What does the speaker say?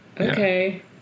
okay